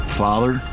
father